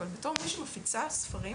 אבל בתור מי שמפיצה ספרים